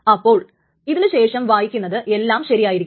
അപ്പോൾ ഇതിനു ശേഷം വായിക്കുന്നത് എല്ലാം ശരിയായിരിക്കും